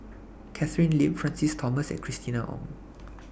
Catherine Lim Francis Thomas and Christina Ong